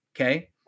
Okay